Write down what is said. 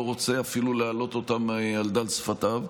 רוצה אפילו להעלות אותם על דל שפתיו.